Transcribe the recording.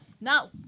No